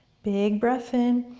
big breath in,